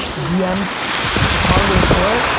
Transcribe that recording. dmed this hardware store,